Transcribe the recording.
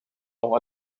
auch